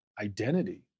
identity